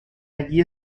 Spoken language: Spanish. allí